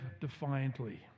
defiantly